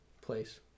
place